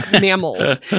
mammals